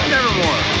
Nevermore